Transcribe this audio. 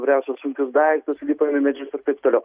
įvairiausias užduotis daiktus įlipom į medžius ir taip toliau